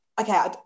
okay